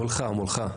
כמו ארצות הברית וכו'